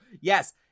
Yes